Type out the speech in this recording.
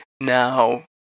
Now